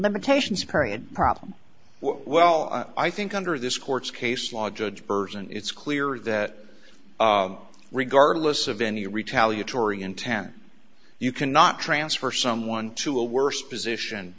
limitations period problem well i think under this court's case law judge burton it's clear that regardless of any retaliatory intent you cannot transfer someone to a worse position